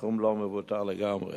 סכום לא מבוטל לגמרי.